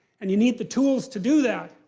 and you need the tools to do that.